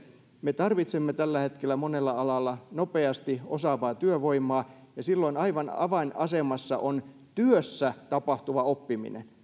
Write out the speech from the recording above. me tarvitsemme tällä hetkellä monella alalla nopeasti osaavaa työvoimaa ja silloin aivan avainasemassa on työssä tapahtuva oppiminen